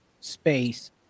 space